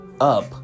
up